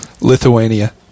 Lithuania